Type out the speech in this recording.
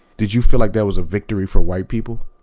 did you feel like that was a victory for white people?